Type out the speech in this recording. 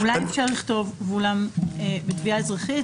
אולי אפשר לכתוב: "ואולם בתביעה אזרחית,